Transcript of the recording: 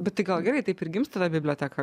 bet tai gal gerai taip ir gimsta ta biblioteka